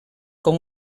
com